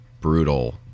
brutal